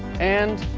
and,